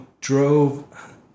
drove